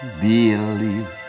believe